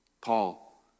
Paul